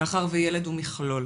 מאחר והילד הוא מכלול,